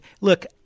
look